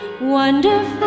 Wonderful